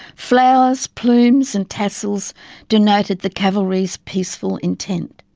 flowers, plumes and tassels denoted the cavalry's peaceful intent.